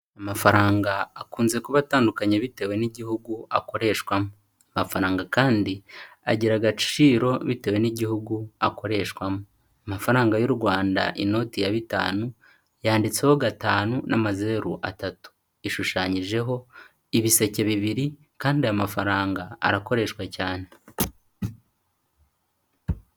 Amafaranga akunze kuba atandukanye bitewe n'igihugu akoreshwamo. Amafaranga kandi agira agaciro bitewe n'igihugu akoreshwamo. Amafaranga y'u Rwanda, inoti ya bitanu, yanditseho gatanu n'amazeru atatu, ishushanyijeho ibiseke bibiri kandi aya mafaranga arakoreshwa cyane.